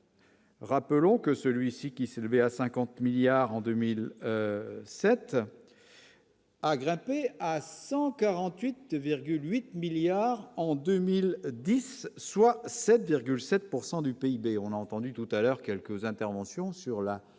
Rappelons que celui-ci, qui s'élevait à 50 milliards en 2007. à grimper à 148,8 milliards en 2010, soit 7,7 pourcent du du PIB, on a entendu tout à l'heure, quelques interventions sur la